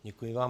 Děkuji vám.